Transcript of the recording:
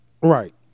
Right